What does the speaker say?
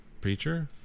Preacher